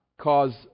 cause